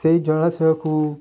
ସେଇ ଜଳାଶୟକୁ